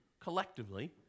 collectively